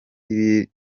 ibirori